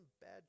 bad